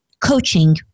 coaching